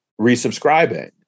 resubscribing